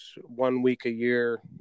one-week-a-year